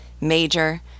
Major